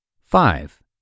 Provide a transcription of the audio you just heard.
Five